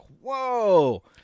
whoa